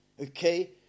Okay